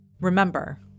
Remember